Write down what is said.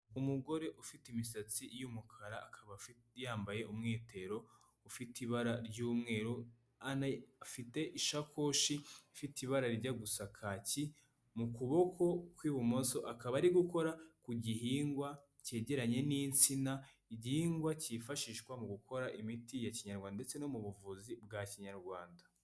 Umugore ufite imisatsi y'umukara, akaba yambaye umwitero ufite ibara ry'umweru, anafite isakoshi ifite ibara rijya gusa kaki mu kuboko kw'ibumoso, akaba ari gukora ku gihingwa cyegeranye n'insina, igihingwa cyifashishwa mu gukora imiti ya Kinyarwanda ndetse no mu buvuzi bwa Kinyarwanda.